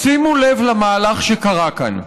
שימו לב למהלך שקרה כאן: